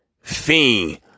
Fiend